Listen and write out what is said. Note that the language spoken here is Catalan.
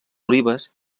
olives